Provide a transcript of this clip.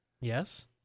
Yes